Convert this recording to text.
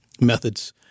Methods